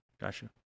Gotcha